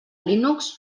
linux